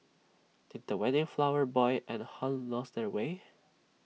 did the wedding flower boy and Hun lose their way